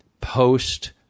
post